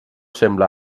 sembla